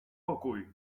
pokój